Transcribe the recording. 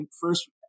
first